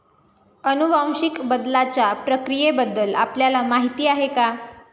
अनुवांशिक बदलाच्या प्रक्रियेबद्दल आपल्याला माहिती आहे का?